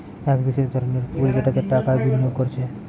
এক বিশেষ ধরনের পুল যেটাতে টাকা বিনিয়োগ কোরছে